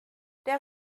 der